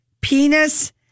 penis